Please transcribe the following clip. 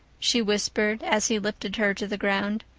she whispered, as he lifted her to the ground.